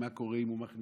מה קורה אם הוא מכניס,